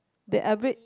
the average